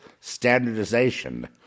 standardization